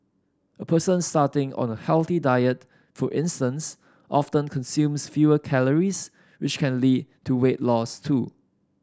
a person starting on a healthy diet for instance often consumes fewer calories which can lead to weight loss too